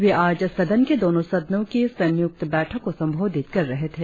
वे आज सदन के दोनों सदनों की संयुक्त बैठक को संबोधित कर रहे थे